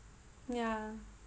ya